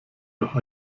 noch